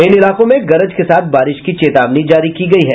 इन इलाकों में गरज के साथ बारिश की चेतावनी जारी की गयी है